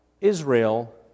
Israel